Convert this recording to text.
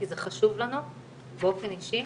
כי זה חשוב לנו באופן אישי